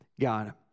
God